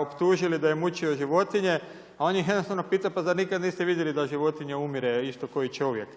optužili da je mučio životinje. A on ih je jednostavno pitao pa zar nikada niste vidjeli da životinja umire isto ko i čovjek.